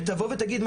ותבוא ותגיד,